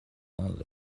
only